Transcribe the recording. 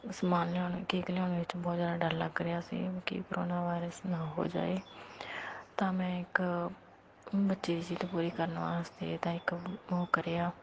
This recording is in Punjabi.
ਸਮਾਨ ਲਿਆਉਣ ਕੇਕ ਲਿਆਉਣ ਵਿੱਚ ਬਹੁਤ ਜ਼ਿਆਦਾ ਡਰ ਲੱਗ ਰਿਹਾ ਸੀ ਕੀ ਕਰੋਨਾ ਵਾਇਰਸ ਨਾ ਹੋ ਜਾਏ ਤਾਂ ਮੈਂ ਇੱਕ ਬੱਚੇ ਦੀ ਜਿੱਦ ਪੂਰੀ ਕਰਨ ਵਾਸਤੇ ਤਾਂ ਇੱਕ ਉਹ ਉਹ ਕਰਿਆ